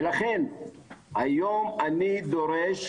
ולכן היום אני דורש